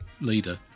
leader